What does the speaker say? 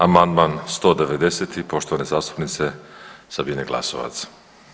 Amandman 190 poštovane zastupnice Sabine Glasovac.